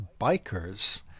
Bikers